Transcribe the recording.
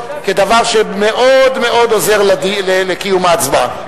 כדבר שמאוד מאוד עוזר לקיום ההצבעה.